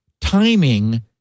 timing